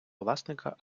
власника